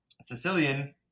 Sicilian